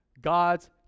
God's